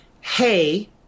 Hey